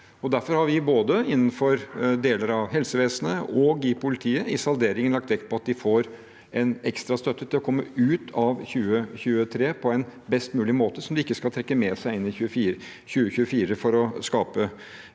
Derfor har vi, innenfor deler av både helsevesenet og politiet, i salderingen lagt vekt på at de får en ekstra støtte til å komme ut av 2023 på en best mulig måte, og ikke trekke det med seg inn i 2024 for å skape